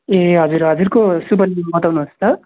ए हजुर हजुरको शुभ नाम बताउनु होस् त